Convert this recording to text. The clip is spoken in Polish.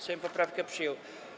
Sejm poprawkę przyjął.